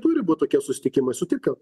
turi būt tokie susitikimai sutik kad